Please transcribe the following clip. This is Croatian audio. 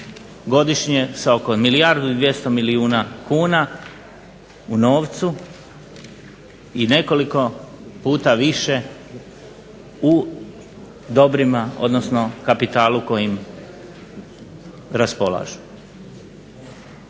godišnje s oko milijardu i 200 milijuna kuna u novcu i nekoliko puta više u dobrima, odnosno kapitalu kojim raspolažu.